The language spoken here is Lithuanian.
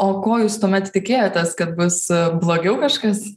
o ko jūs tuomet tikėjotės kad bus blogiau kažkas